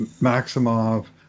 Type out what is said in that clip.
Maximov